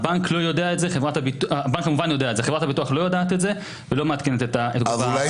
חברת הביטוח לא יודעת את זה ולא מעדכנת --- אולי